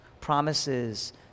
Promises